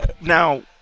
now –